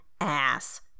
ass